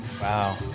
Wow